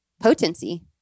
potency